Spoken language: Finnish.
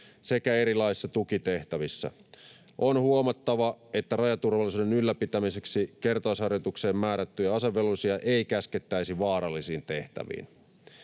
sekä erilaisissa tukitehtävissä. On huomattava, että rajaturvallisuuden ylläpitämiseksi kertausharjoitukseen määrättyjä asevelvollisia ei käskettäisi vaarallisiin tehtäviin.